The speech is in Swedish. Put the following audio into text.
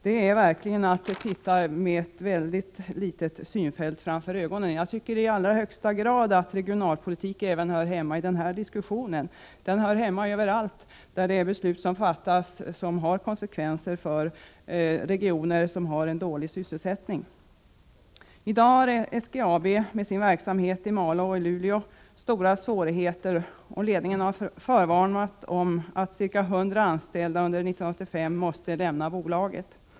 Det innebär verkligen att man har ett mycket litet synfält. Jag tycker att — Nr 113 regionalpolitik i allra högsta grad hör hemma även i denna diskussion, den Onsdagen den hör hemma överallt där beslut fattas som får konsekvenser för regioner som 10 april 1985 har låg sysselsättning. I dag har SGAB med sin verksamhet i Malå och Luleå stora svårigheter, och ledningen har förvarnat om att ca 100 anställda under Transportstödet för 1985 måste lämna bolaget.